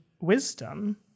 wisdom